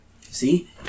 See